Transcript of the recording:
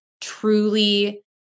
truly